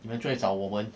你们就来找我们